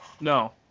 No